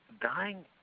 dying